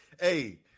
Hey